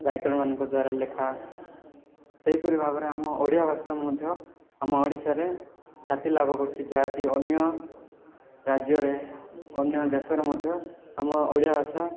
ରାଇଟର୍ମାନଙ୍କ ଦ୍ୱାରା ଲେଖା ସେହିପରି ଭାବରେ ଆମ ଓଡ଼ିଆ ଭାଷା ମଧ୍ୟ ଆମ ଓଡ଼ିଶାରେ ଖ୍ୟାତି ଲାଭ କରୁଛି ଯାହାକି ଅନ୍ୟ ରାଜ୍ୟରେ ଅନ୍ୟ ଦେଶରେ ମଧ୍ୟ ଆମ ଓଡ଼ିଆ ଭାଷା